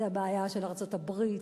זה הבעיה של ארצות-הברית,